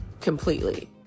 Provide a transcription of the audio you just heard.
completely